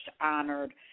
honored